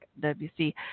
WC